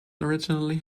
originally